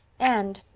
and,